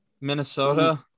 Minnesota